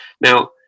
now